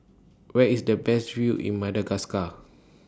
Where IS The Best View in Madagascar